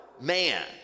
man